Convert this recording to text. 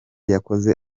yakoze